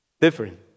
different